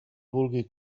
vulgui